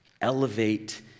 elevate